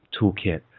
toolkit